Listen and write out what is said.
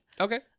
Okay